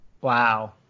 wow